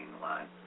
line